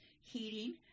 heating